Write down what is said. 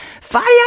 fire